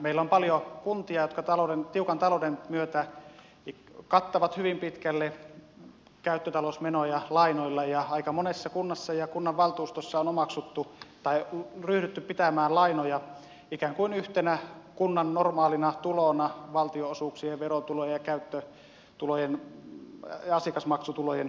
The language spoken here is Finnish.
meillä on paljon kuntia jotka tiukan talouden myötä kattavat hyvin pitkälle käyttötalousmenoja lainoilla ja aika monessa kunnassa ja kunnanvaltuustossa on ryhdytty pitämään lainoja ikään kuin yhtenä kunnan normaalina tulona valtionosuuksien verotulojen käyttötulojen ja asiakasmaksutulojen rinnalla